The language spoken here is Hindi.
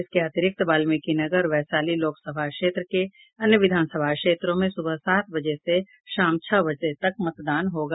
इसके अतिरिक्त वाल्मीकिनगर और वैशाली लोकसभा क्षेत्र के अन्य विधानसभा क्षेत्रों में सुबह सात बजे से शाम छह बजे तक मतदान होगा